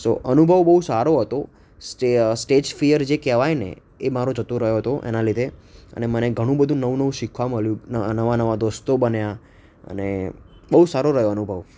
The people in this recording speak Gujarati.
સો અનુભવ બહુ સારો હતો સ્ટે સ્ટેજ ફીયર જે કહેવાય ને એ મારો જતો રહ્યો હતો એના લીધે અને મને ઘણું બધું નવું નવું શીખવા મળ્યું ને નવા નવા દોસ્તો બન્યા અને બહુ સારો રહ્યો અનુભવ